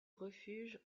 refuge